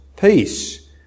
peace